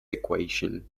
equation